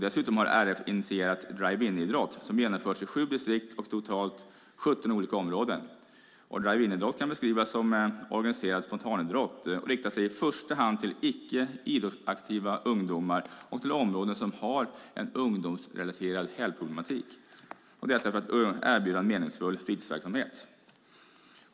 Dessutom har RF initierat drive-in-idrott, som genomförts i sju distrikt och i totalt 17 olika områden. Drive-in-idrott kan beskrivas som organiserad spontanidrott och riktar sig i första hand till icke-idrottsaktiva ungdomar och till områden som har en ungdomsrelaterad helgproblematik. Det är ett sätt att erbjuda ungdomar en meningsfull fritidsverksamhet.